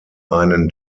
einen